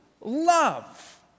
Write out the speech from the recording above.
love